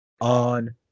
on